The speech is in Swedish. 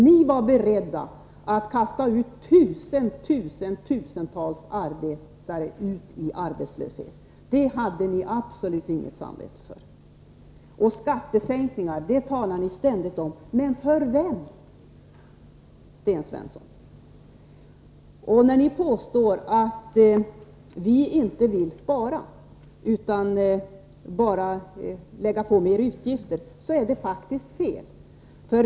Ni var beredda att kasta ut tusentals arbetare i arbetslöshet. Det hade ni absolut inget samvete för. Skattesänkningar talar ni ständigt om — men för vem, Sten Svensson? När ni påstår att vi inte vill spara utan bara lägger på flera utgifter, är det faktiskt fel.